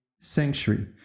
sanctuary